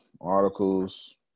articles